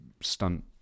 stunt